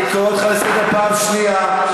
אני קורא אותך לסדר פעם שנייה.